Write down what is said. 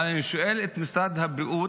אבל אני שואל את משרד הבריאות,